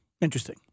Interesting